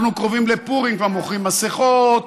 אנחנו קרובים לפורים, כבר מוכרים מסכות.